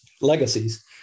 legacies